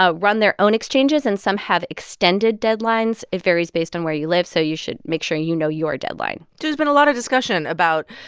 ah run their own exchanges, and some have extended deadlines. it varies based on where you live. so you should make sure you know your deadline there's been a lot of discussion about,